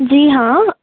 जी हां